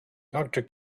doctor